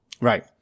Right